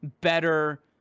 Better